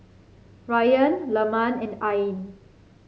Ryan Leman and Ain